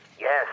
Yes